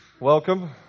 Welcome